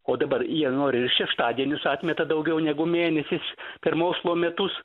o dabar jie nori šeštadienius atmeta daugiau negu mėnesis per mokslo metus